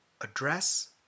address